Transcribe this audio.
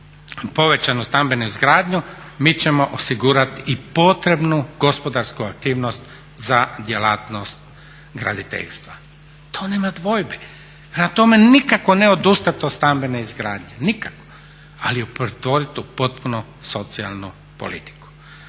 povećanu stambenu izgradnju, mi ćemo osigurati i potrebnu gospodarsku aktivnost za djelatnost graditeljstva. To nema dvojbe. Prema tome, nikako ne odustati od stambene izgradnje, nikako ali ju pretvoriti u potpunu socijalnu politiku.